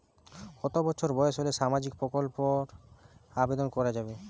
কত বছর বয়স হলে সামাজিক প্রকল্পর আবেদন করযাবে?